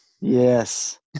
Yes